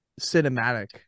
cinematic